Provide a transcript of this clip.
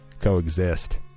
coexist